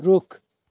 रुख